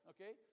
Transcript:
Okay